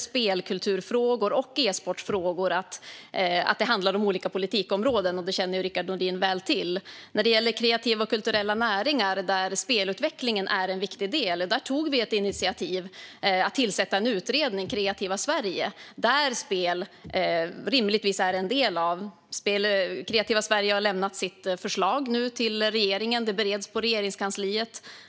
Spelkulturfrågor och e-sportfrågor handlar ju om olika politikområden, och det känner Rickard Nordin till väl. När det gäller kreativa och kulturella näringar, där spelutvecklingen är en viktig del, tog vi ett initiativ om att tillsätta en utredning, Kreativa Sverige, där spel rimligtvis är en del. Kreativa Sverige har lämnat sitt förslag till regeringen, och det bereds på Regeringskansliet.